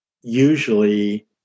usually